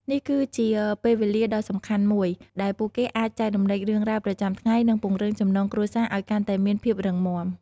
នេះគឺជាពេលវេលាដ៏សំខាន់មួយដែលពួកគេអាចចែករំលែករឿងរ៉ាវប្រចាំថ្ងៃនិងពង្រឹងចំណងគ្រួសារឲ្យកាន់តែមានភាពរឹងមាំ។